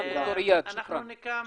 אנחנו מכאן